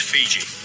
Fiji